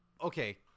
Okay